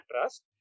trust